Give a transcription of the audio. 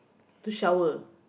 to shower